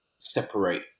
separate